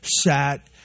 sat